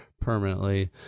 permanently